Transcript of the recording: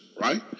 right